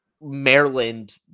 Maryland